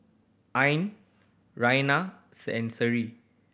Ain and Seri